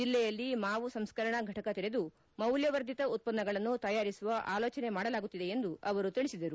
ಜಿಲ್ಲೆಯಲ್ಲಿ ಮಾವು ಸಂಸ್ಕರಣಾ ಫಟಕ ತೆರೆದು ಮೌಲ್ಯವರ್ದಿತ ಉತ್ಪನ್ನಗಳನ್ನು ತಯಾರಿಸುವ ಆಲೋಚನೆ ಮಾಡಲಾಗುತ್ತಿದೆ ಎಂದು ಅವರು ಹೇಳಿದರು